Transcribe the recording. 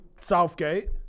Southgate